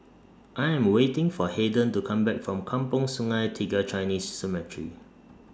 I Am waiting For Haden to Come Back from Kampong Sungai Tiga Chinese Cemetery